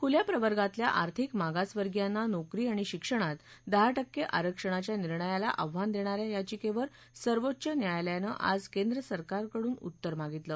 खुल्या प्रवर्गातल्या आर्थिक मागासवर्गीयांना नोकरी आणि शिक्षणात दहा टक्के आरक्षणाच्या निर्णयाला आव्हान देणाऱ्या याचिकेवर सर्वोच्च न्यायालयानं आज केंद्र सरकारकडून उत्तर मागितलं